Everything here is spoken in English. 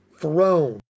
throne